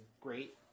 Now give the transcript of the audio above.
great